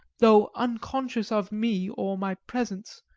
though unconscious of me or my presence,